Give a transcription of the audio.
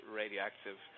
radioactive